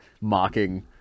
mocking